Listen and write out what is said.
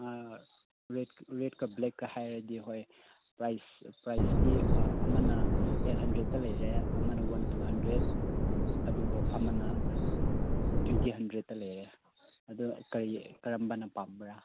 ꯑꯥ ꯔꯦꯗꯀ ꯕ꯭ꯂꯦꯛꯀ ꯍꯥꯏꯔꯗꯤ ꯍꯣꯏ ꯄ꯭ꯔꯥꯏꯁꯇꯤ ꯑꯃꯅ ꯑꯩꯠ ꯍꯟꯗ꯭ꯔꯦꯗꯇ ꯂꯩꯔꯦ ꯑꯃꯅ ꯋꯥꯟ ꯇꯨ ꯍꯟꯗ꯭ꯔꯦꯗ ꯑꯗꯨꯕꯨ ꯑꯃꯅ ꯇ꯭ꯋꯦꯟꯇꯤ ꯍꯟꯗ꯭ꯔꯦꯗꯇ ꯂꯩꯔꯦ ꯑꯗꯨ ꯀꯔꯤ ꯀꯔꯝꯕꯅ ꯄꯥꯝꯕꯔꯥ